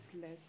less